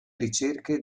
ricerche